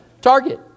Target